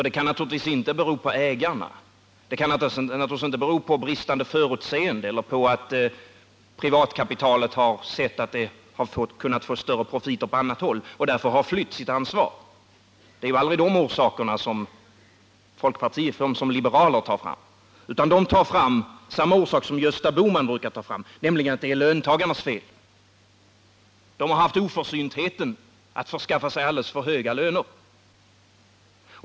Det kan naturligtvis inte bero på ägarna, och det kan naturligtvis inte bero på bristande förutseende eller på att privatkapitalet sett att man kan få större profiter på annat håll och därför flytt från sitt ansvar. Det är inte de orsakerna som folkpartisterna som liberaler tar fram. De tar i stället fram orsaker som Gösta Bohman brukar peka på, nämligen att det är löntagarnas fel, därför att dessa haft oförsyntheten att skaffa sig alldeles för höga löner.